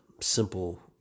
simple